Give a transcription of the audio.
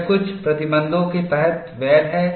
यह कुछ प्रतिबंधों के तहत वैध है